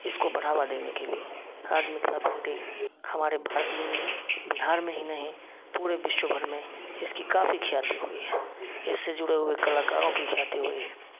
इसको बढ़ावा देने के लिए आज मिथिला पेंटिंग हमारे भारत में नहीं बिहार में ही नहीं पूरे विश्व भर में इसकी काफी ख्याति हुई है इससे जुड़े हुए कलाकारों की ख्याति हुई है